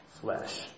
flesh